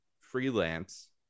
freelance